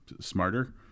smarter